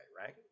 right